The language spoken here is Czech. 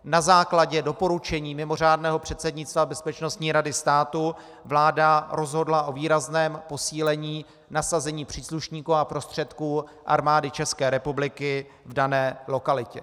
Na základě doporučení mimořádného předsednictva Bezpečností rady státu vláda rozhodla o výrazném posílení nasazení příslušníků a prostředků Armády České republiky v dané lokalitě.